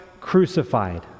crucified